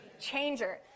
changer